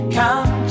come